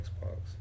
Xbox